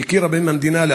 שהמדינה הכירה בהם לאחרונה,